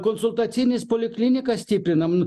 konsultacines poliklinikas stiprinam